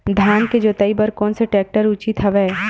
धान के जोताई बर कोन से टेक्टर ह उचित हवय?